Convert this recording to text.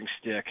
stick